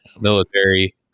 military